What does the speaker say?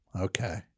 okay